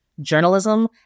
journalism